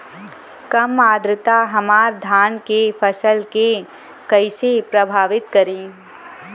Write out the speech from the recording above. कम आद्रता हमार धान के फसल के कइसे प्रभावित करी?